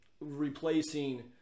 Replacing